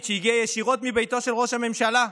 שהגיעה ישירות מביתו של ראש הממשלה.